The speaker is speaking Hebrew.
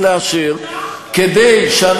בעוונותי, הייתי בעמדה אחרת כיושב-ראש הקואליציה.